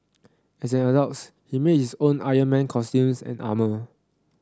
as an adult he makes his own Iron Man costumes and armours